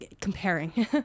comparing